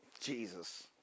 Jesus